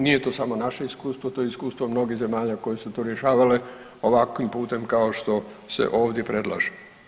Nije to samo naše iskustvo, to je iskustvo mnogih zemalja koje su to rješavale ovakvim putem kao što se ovdje predlaže.